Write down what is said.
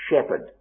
Shepherd